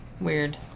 Weird